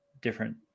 different